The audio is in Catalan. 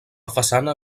façana